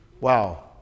Wow